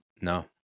No